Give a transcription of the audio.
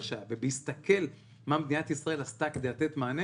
שהיה והסתכל מה מדינת ישראל עשתה כדי לתת מענה